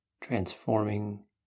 transforming